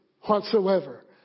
whatsoever